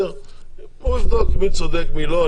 הוא יבדוק מי צודק ומי לא,